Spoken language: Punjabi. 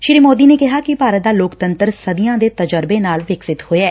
ਸ੍ਰੀ ਮੋਦੀ ਨੇ ਕਿਹਾ ਕਿ ਭਾਰਤ ਦਾ ਲੋਕਤੰਤਰ ਸਦੀਆਂ ਦੇ ਤਜ਼ਰਬੇ ਨਾਲ ਵਿਕਸਿਤ ਹੋਇਐ